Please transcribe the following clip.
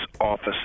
office